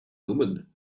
omen